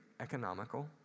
economical